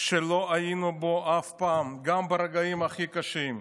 שלא היינו בו אף פעם, גם ברגעים הכי קשים,